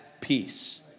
peace